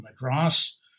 Madras